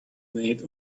made